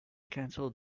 cancelled